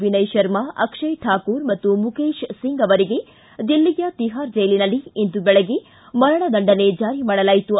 ವಿನಯ ಶರ್ಮಾ ಅಕ್ಷಯ ಕಾಕೂರ ಮತ್ತು ಮುಕೇಶ್ ಸಿಂಗ್ ಅವರಿಗೆ ದಿಲ್ಲಿಯ ತಿಹಾರ್ ಜೈಲಿನಲ್ಲಿ ಇಂದು ವೆಳಗ್ಗೆ ಮರಣದಂಡನೆ ಜಾರಿ ಮಾಡಲಾಯಿತು